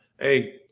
Hey